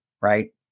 right